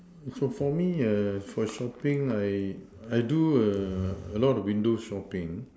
so for me for shopping I I do a a lot of window shopping